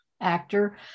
actor